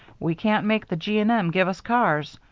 we can't make the g. and m. give us cars.